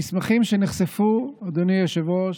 המסמכים שנחשפו, אדוני היושב-ראש,